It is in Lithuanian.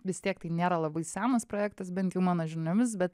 vis tiek tai nėra labai senas projektas bent jau mano žiniomis bet